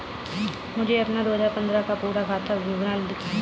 मुझे अपना दो हजार पन्द्रह का पूरा खाता विवरण दिखाएँ?